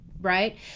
right